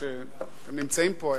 הנמצאים פה הערב.